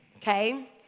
Okay